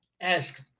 ask